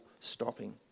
stopping